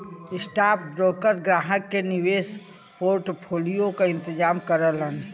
stockbroker ग्राहक के निवेश पोर्टफोलियो क इंतजाम करलन